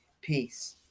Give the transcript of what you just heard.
peace